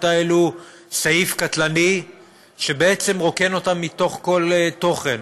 האלו סעיף קטלני שבעצם רוקן אותן מכל תוכן.